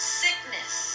sickness